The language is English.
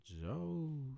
Joe